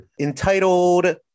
entitled